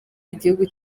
igihugu